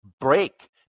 break